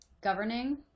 governing